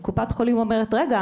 קופת חולים אומרת - רגע,